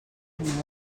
canviant